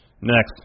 Next